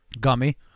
gummy